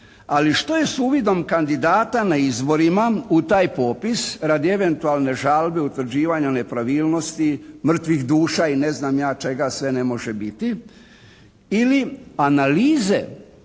Ali što je s uvidom kandidata na izborima u taj popis radi eventualne žalbe, utvrđivanja nepravilnosti, mrtvih duša i ne znam ja čega sve ne može biti? Ili analize,